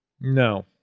no